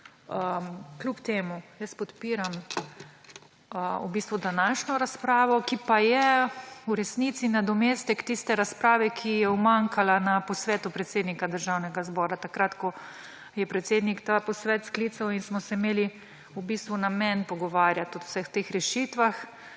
Kljub temu jaz podpiram v bistvu današnjo razpravo, ki pa je v resnici nadomestek tiste razprave, ki je umanjkala na posvetu predsednika Državnega zbora takrat, ko je predsednik ta posvet sklical in smo se imeli v bistvu namen pogovarjati o vseh teh rešitvah,